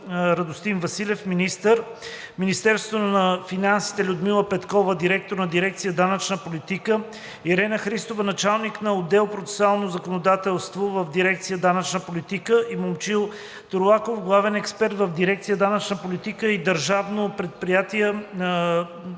Радостин Василев – министър; Министерството на финансите: Людмила Петкова – директор на дирекция „Данъчна политика“, Ирена Христова – началник на отдел „Процесуално законодателство“ в дирекция „Данъчна политика“, и Момчил Турлаков – главен експерт в дирекция „Данъчна политика“; и на Държавно предприятие